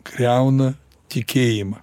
griauna tikėjimą